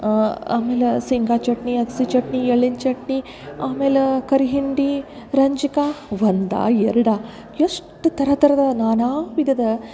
ಆಮೇಲೆ ಶೇಂಗ ಚಟ್ನಿ ಅಗ್ಸಿ ಚಟ್ನಿ ಎಳ್ಳಿನ ಚಟ್ನಿ ಆಮೇಲೆ ಕರಿ ಹಿಂಡಿ ರಂಜ್ಕ ಒಂದಾ ಎರಡಾ ಎಷ್ಟು ಥರ ಥರದ ನಾನಾ ವಿಧದ